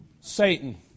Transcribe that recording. Satan